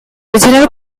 original